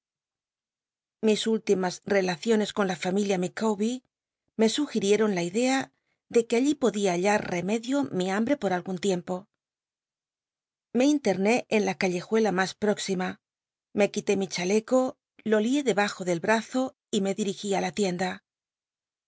ti limas relaciones con la familia micawber me sugirieron la idea de que allí podía hallar remedio mi hambre por algun tiempo llc intemé en la callejuela mas próxima me quité mi chaleco lo lié debajo del brazo y me cliri í la tienda